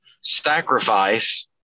sacrifice